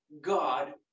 God